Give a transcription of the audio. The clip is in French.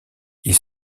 ils